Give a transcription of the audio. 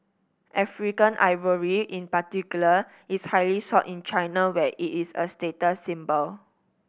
African ivory in particular is highly sought in China where it is a status symbol